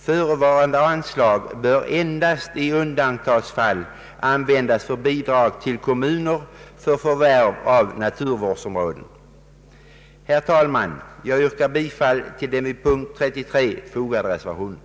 Förevarande anslag bör endast i undantagsfall användas för bidrag till kommuner för förvärv av naturvårdsområden. Herr talman! Jag yrkar bifall till den vid punkten 33 fogade reservationen.